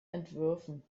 entwürfen